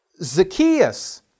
Zacchaeus